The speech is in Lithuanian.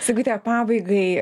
sigute pabaigai